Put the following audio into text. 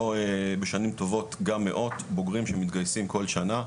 בשנים טובות גם מאות בוגרים שמתגייסים כל שנה,